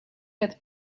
had